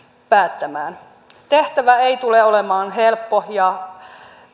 päättämään tehtävä ei tule olemaan helppo ja